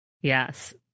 Yes